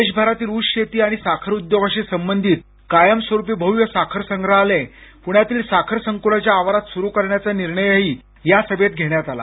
देशभरातील ऊसशेती आणि साखर उद्योगाशी संबंधित कायमस्वरूपी भव्य साखर संग्रहालय पुण्यातील साखर संकुलाच्या आवारात सुरु करण्याचा निर्णयही या सभेत घेण्यात आला